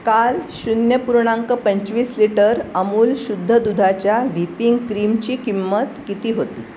काल शून्य पूर्णांक पंचवीस लिटर अमूल शुद्ध दुधाच्या व्हीपिंग क्रीमची किंमत किती होती